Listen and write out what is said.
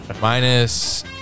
Minus